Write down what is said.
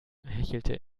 hechelte